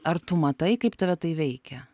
ar tu matai kaip tave tai veikia